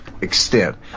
extent